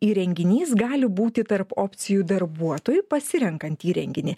įrenginys gali būti tarp opcijų darbuotojui pasirenkant įrenginį